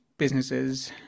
businesses